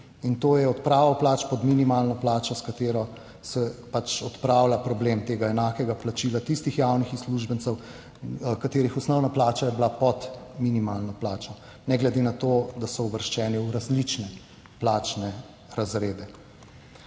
in to je odprava plač pod minimalno plačo, s katero se pač odpravlja problem tega enakega plačila tistih javnih uslužbencev, katerih osnovna plača je bila pod minimalno plačo, ne glede na to, da so uvrščeni v različne plačne razrede.